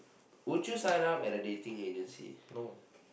would you sign up at a dating agency